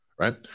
Right